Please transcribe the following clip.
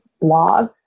blog